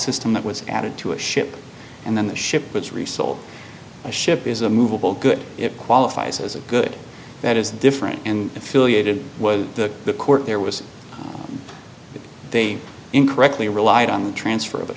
system that was added to a ship and then the ship was resold a ship is a movable good it qualifies as a good that is different and affiliated was the the court there was that they incorrectly relied on the transfer of a